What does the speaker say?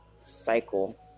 cycle